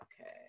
Okay